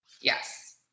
Yes